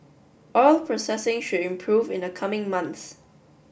oil processing should improve in the coming months